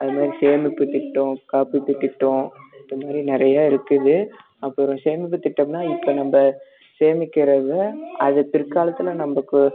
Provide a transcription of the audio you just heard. அதே மாதிரி சேமிப்புத்திட்டம் காப்பீட்டு திட்டம் அதே மாதிரி நிறைய இருக்குது அப்புறம் சேமிப்பு திட்டம்னா இப்போ நம்ம சேமிக்கிறது அது பிற்காலத்தில் நமக்கு